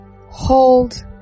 hold